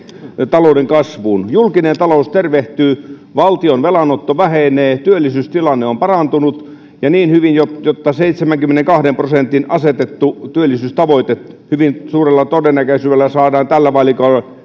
talouden kasvuun julkinen talous tervehtyy valtion velanotto vähenee työllisyystilanne on parantunut niin hyvin että seitsemänkymmenenkahden prosentin asetettu työllisyystavoite hyvin suurella todennäköisyydellä saadaan tällä vaalikaudella